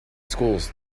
schools